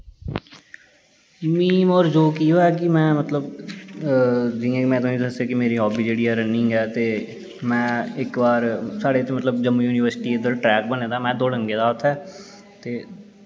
मिगी केह् ऐ कि में मतलब जि'यां में तुसेंगी दस्सेआ कि मेरी हॉब्बी रनिंग ऐ ते में इक बार साढ़े इत्थें जम्मू युनिवर्सिटी इद्धर ट्रैेक बने दा में दौड़न गेदा हा उत्थें